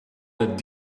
that